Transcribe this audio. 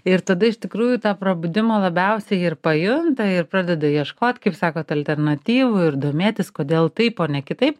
ir tada iš tikrųjų tą prabudimą labiausiai ir pajunta ir pradeda ieškot kaip sakot alternatyvų ir domėtis kodėl taip o ne kitaip